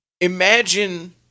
imagine